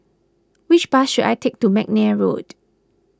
which bus should I take to McNair Road